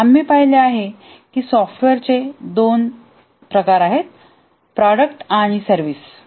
आम्ही पाहिले आहे की सॉफ्टवेअरचे दोन प्रकार आहेत उत्पादने आणि सर्विस